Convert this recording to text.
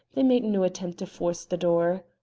they made no attempt to force the door.